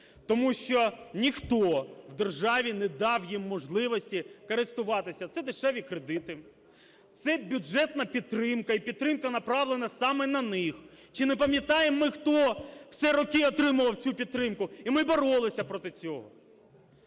Тому що ніхто в державні не дав їм можливості користуватися, це дешеві кредити, це бюджетна підтримка і підтримка, направлена саме на них. Чи не пам'ятаємо ми хто всі роки отримував цю підтримку? І ми боролися проти цього.